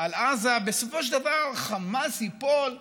על עזה, בסופו של דבר חמאס ייפול ואנחנו,